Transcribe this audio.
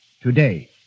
today